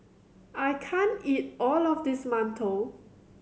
I can't eat all of this Mantou